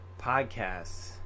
Podcasts